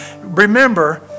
Remember